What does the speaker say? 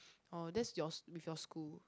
orh that's yours with your school